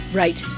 right